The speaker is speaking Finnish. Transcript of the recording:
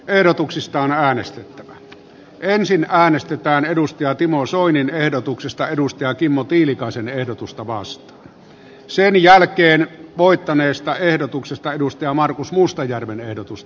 hallitus on laiminlyönyt suomen talouspolitiikan hoidon kasvattanut hallitsemattomasti yhteisvastuuta ja suomen vastuita eurokriisin hoidossa sekä ajanut suomen euroopan unionissa sivuraiteille